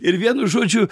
ir vienu žodžiu